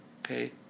okay